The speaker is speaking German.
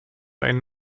einen